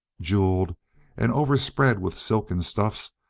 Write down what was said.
jewelled and overspread with silken stuffs,